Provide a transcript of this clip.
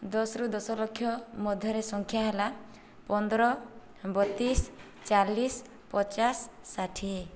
ଦଶରୁ ଦଶ ଲକ୍ଷ ମଧ୍ୟରେ ସଂଖ୍ୟା ହେଲା ପନ୍ଦ୍ର ବତିଶ ଚାଲିଶ ପଚାଶ ଷାଠିଏ